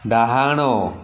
ଡାହାଣ